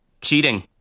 cheating